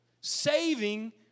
Saving